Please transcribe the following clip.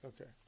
Okay